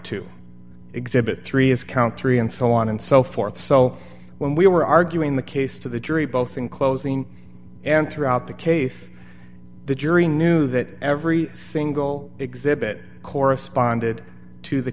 two exhibit three is count three and so on and so forth so when we were arguing the case to the jury both in closing and throughout the case the jury knew that every single exhibit corresponded to the